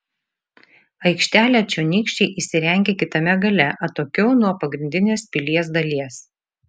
aikštelę čionykščiai įsirengė kitame gale atokiau nuo pagrindinės pilies dalies